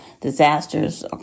disasters